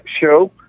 show